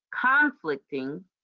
conflicting